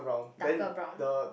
darker brown